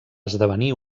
esdevenir